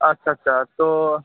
আচ্ছা আচ্ছা তো